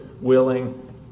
willing